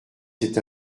c’est